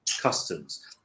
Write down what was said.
Customs